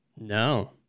No